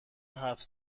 هفت